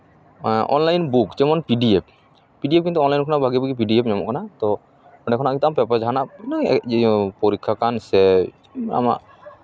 online book ᱡᱮᱢᱚᱱ P D F P D F ᱠᱤᱱᱛᱩ online ᱠᱷᱚᱱᱟᱜ ᱵᱷᱟᱹᱜᱮ ᱵᱷᱟᱹᱜᱮ ᱯᱤ ᱰᱤ ᱮᱯᱷ ᱧᱟᱢᱚᱜ ᱠᱟᱱᱟ ᱛᱳ ᱚᱸᱰᱮ ᱠᱷᱚᱱᱟᱜ ᱠᱤᱱᱛᱩ ᱛᱟᱨᱯᱚᱨᱮ ᱡᱟᱦᱟᱱᱟᱜ ᱢᱟᱱᱮ ᱯᱚᱨᱤᱠᱠᱷᱟ ᱠᱟᱱ ᱥᱮ ᱟᱢᱟᱜ